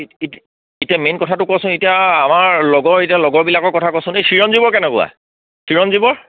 এতিয়া মেইন কথাটো কচোন এতিয়া আমাৰ লগৰ এতিয়া লগৰবিলাকৰ কথা কচোন এই চিৰঞ্জীৱৰ কেনেকুৱা চিৰঞ্জীৱৰ